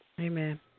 Amen